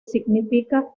significa